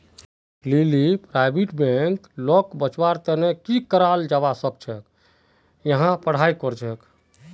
लीली private bank लाक बचव्वार तने की कराल जाबा सखछेक यहार पढ़ाई करछेक